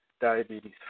diabetes